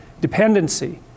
dependency